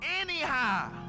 Anyhow